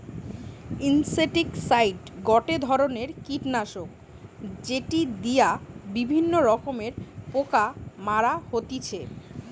insecticide গটে ধরণের কীটনাশক যেটি দিয়া বিভিন্ন রকমের পোকা মারা হতিছে